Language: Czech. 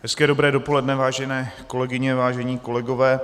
Hezké dobré dopoledne, vážené kolegyně, vážení kolegové.